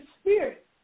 spirit